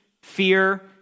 fear